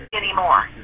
anymore